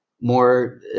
more